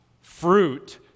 fruit